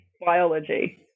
biology